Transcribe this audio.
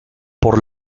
por